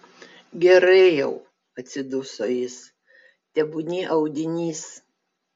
gerai jau atsiduso jis tebūnie audinys